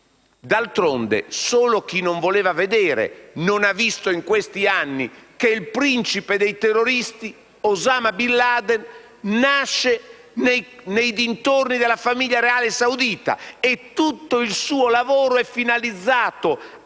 D'altronde, solo chi non voleva vedere non ha visto in questi anni che il principe dei terroristi, Osama Bin Laden, nasce nei dintorni della famiglia reale saudita. E tutto il suo lavoro è finalizzato